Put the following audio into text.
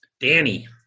danny